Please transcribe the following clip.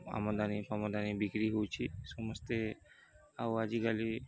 ଆମଦାନୀଫାମଦାନୀ ବିକ୍ରି ହେଉଛିି ସମସ୍ତେ ଆଉ ଆଜିକାଲି